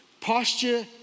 Posture